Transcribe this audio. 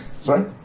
Sorry